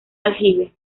aljibe